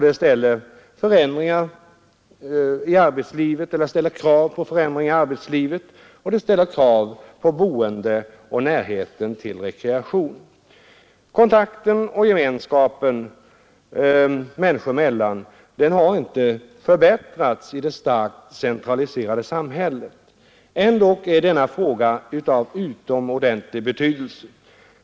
Det ställer krav på förändringar i arbetslivet, och det ställer krav på boendet och närhet till rekreation. Kontakten och gemenskapen människor emellan har inte förbättrats i det starkt centraliserade samhället. Ändock är denna fråga av utomordentlig betydelse.